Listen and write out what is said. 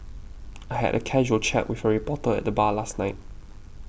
I had a casual chat with a reporter at the bar last night